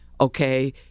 okay